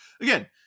again